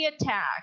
attack